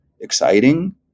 exciting